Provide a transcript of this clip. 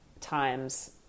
times